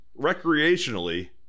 recreationally